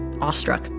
awestruck